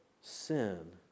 sin